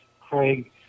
Craig